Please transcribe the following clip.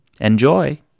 Enjoy